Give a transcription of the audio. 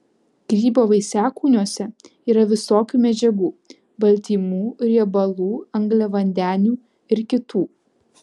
grybo vaisiakūniuose yra visokių medžiagų baltymų riebalų angliavandenių ir kitų